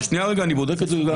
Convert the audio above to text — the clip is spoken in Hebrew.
אבל אני אבדוק את זה.